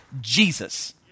Jesus